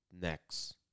next